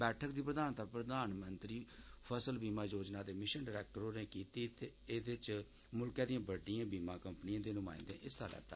बैठक दी प्रधानता प्रधानमंत्री फुसल बीमा योजना दे मिशन डायरैक्टर होरें कीती ते एदे च मुल्खै दिए बड्डिएं बीमा कम्पनिएं दे नुमायन्दे हिस्सा लैता